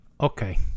Okay